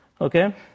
Okay